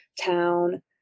town